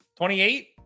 28